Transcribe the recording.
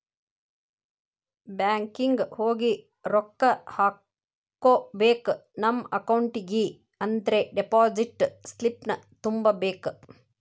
banking ಹೋಗಿ ರೊಕ್ಕ ಹಾಕ್ಕೋಬೇಕ್ ನಮ ಅಕೌಂಟಿಗಿ ಅಂದ್ರ ಡೆಪಾಸಿಟ್ ಸ್ಲಿಪ್ನ ತುಂಬಬೇಕ್